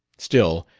still,